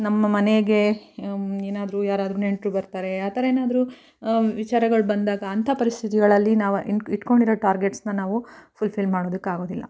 ನಮ್ಮ ಮನೆಗೆ ಏನಾದ್ರೂ ಯಾರಾದರೂ ನೆಂಟರು ಬರ್ತಾರೆ ಆ ಥರ ಏನಾದ್ರೂ ವಿಚಾರಗಳು ಬಂದಾಗ ಅಂಥ ಪರಿಸ್ಥಿತಿಗಳಲ್ಲಿ ನಾವು ಇಟ್ಕೊಂಡಿರೋ ಟಾರ್ಗೆಟ್ಸನ್ನು ನಾವು ಫುಲ್ಫಿಲ್ ಮಾಡೋದಕ್ಕೆ ಆಗೋದಿಲ್ಲ